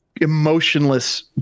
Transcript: emotionless